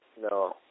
No